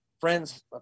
friend's